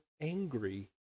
angry